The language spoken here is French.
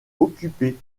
occupé